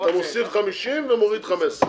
אתה מוסיף 50 ומוריד 15,